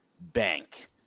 bank